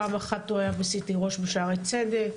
פעם אחת הוא היה ב-CT ראש בשערי צדק,